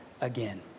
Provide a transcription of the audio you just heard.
again